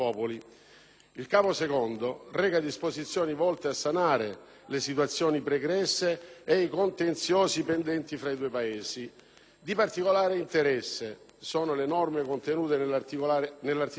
Il Capo II reca disposizioni volte a sanare le situazioni pregresse e i contenziosi pendenti fra i due Paesi. Di particolare interesse sono le norme contenute nell'articolo 8